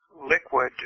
liquid